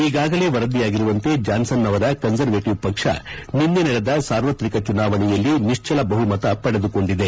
ಈಗಾಗಲೇ ವರದಿಯಾಗಿರುವಂತೆ ಜಾನ್ಸನ್ ಅವರ ಕನ್ಸರ್ವೇಟವ್ ಪಕ್ಷ ನಿನ್ನೆ ನಡೆದ ಸಾರ್ವತ್ರಿಕ ಚುನಾವಣೆಯಲ್ಲಿ ನಿಶ್ಚಲ ಬಹುಮತ ಪಡೆದುಕೊಂಡಿದೆ